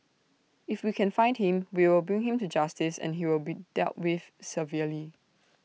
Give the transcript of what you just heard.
if we can find him we will bring him to justice and he will be dealt with severely